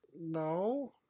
No